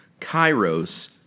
Kairos